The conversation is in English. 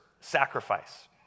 sacrifice